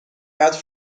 قدر